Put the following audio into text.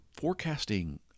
forecasting